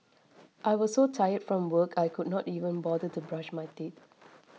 I was so tired from work I could not even bother to brush my teeth